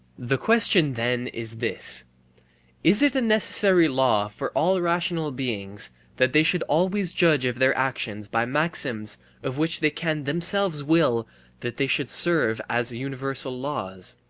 the question then is this is it a necessary law for all rational beings that they should always judge of their actions by maxims of which they can themselves will that they should serve as universal laws?